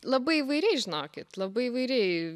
labai įvairiai žinokit labai įvairiai